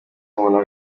umuntu